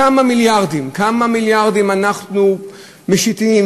כמה מיליארדים, כמה מיליארדים אנחנו משיתים,